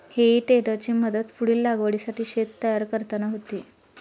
हेई टेडरची मदत पुढील लागवडीसाठी शेत तयार करताना होते